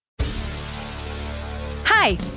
Hi